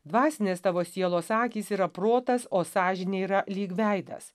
dvasinės tavo sielos akys yra protas o sąžinė yra lyg veidas